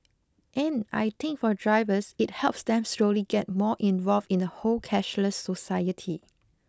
and I think for drivers it helps them slowly get more involved in the whole cashless society